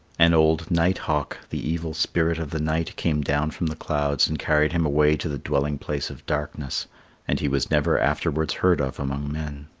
and old night hawk, the evil spirit of the night, came down from the clouds and carried him away to the dwelling place of darkness and he was never afterwards heard of among men.